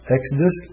Exodus